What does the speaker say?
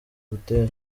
butera